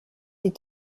die